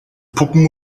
puppen